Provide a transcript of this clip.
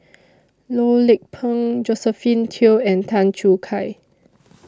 Loh Lik Peng Josephine Teo and Tan Choo Kai